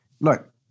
Look